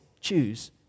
choose